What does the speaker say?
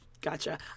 Gotcha